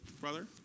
brother